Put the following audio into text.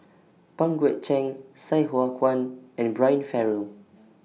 Pang Guek Cheng Sai Hua Kuan and Brian Farrell